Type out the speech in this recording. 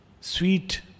sweet